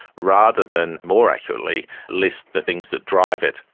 rather than more accurately list the things that drive it.